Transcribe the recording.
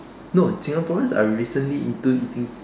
no Singaporeans are recently into eating